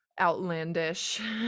outlandish